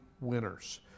winners